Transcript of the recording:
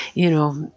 you know,